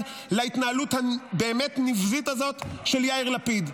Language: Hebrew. להתנהלות הבאמת נבזית הזאת של יאיר לפיד.